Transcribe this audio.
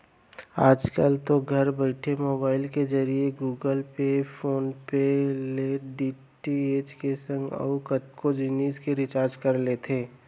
आजकल तो घर बइठे मोबईल के जरिए Google Pay, PhonePe app ले डी.टी.एच के संग अउ कतको जिनिस के रिचार्ज कर लेथे